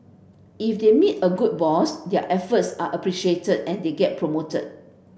if they meet a good boss their efforts are appreciated and they get promoted